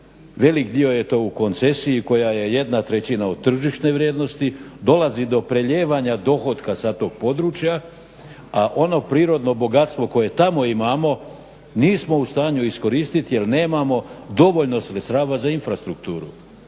velikih dio je to u koncesiji koja je jedna trećina od tržišne vrijednosti, dolazi do prelijevanja dohotka sa tog područja, a ono prirodno bogatstvo koje tamo imamo nismo u stanju iskoristiti jer nemamo dovoljno sredstava za infrastrukturu.